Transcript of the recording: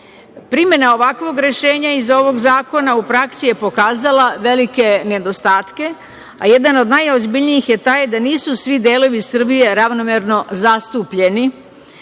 Primena ovakvog rešenja iz ovog zakona u praksi je pokazala velike nedostatke, a jedan od najozbiljnijih je taj da nisu svi delovi Srbije ravnomerno zastupljeni. Mi